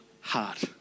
heart